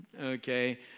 okay